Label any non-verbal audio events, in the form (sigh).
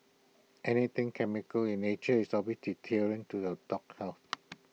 anything chemical in nature is always (unintelligible) to the dog health